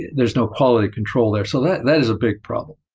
there's no quality control there. so that that is a big problem.